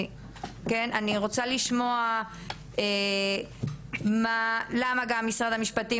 אני רוצה לשמוע מה ולמה גם משרד המשפטים